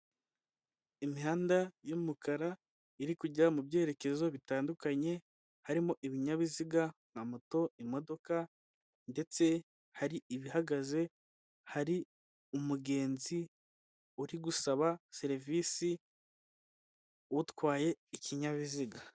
Imihanda y'umukara iri kujya mu byerekezo bitandukanye harimo ibinyabiziga nka moto, imodoka ndetse hari ibihagaze, hari umugenzi uri gusaba serivisi utwaye ikinyabiziga.